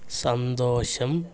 സന്തോഷം